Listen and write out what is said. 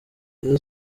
rayon